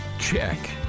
check